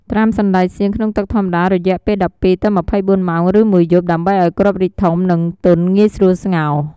ត្រាំសណ្ដែកសៀងក្នុងទឹកធម្មតារយៈពេល ១២ ទៅ ២៤ ម៉ោង ឬមួយយប់ ដើម្បីឱ្យគ្រាប់រីកធំ និងទន់ងាយស្រួលស្ងោរ។